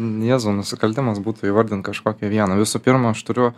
jėzau nusikaltimas būtų įvardint kažkokią vieną visų pirma aš turiu